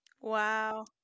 Wow